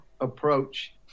approach